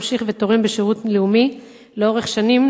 ממשיך ותורם בשירות לאומי לאורך שנים.